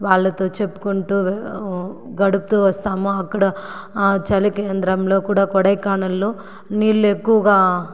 వాళ్లతో చెప్పుకుంటు గడుపుతు వస్తాము అక్కడ ఆ చలి కేంద్రంలో కూడా కొడైకెనాల్లో నీళ్ళు ఎక్కువగా